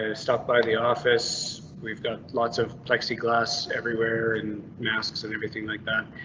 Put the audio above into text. ah stop by the office. we've got lots of plexiglass everywhere, and masks and everything like that.